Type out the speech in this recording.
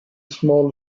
small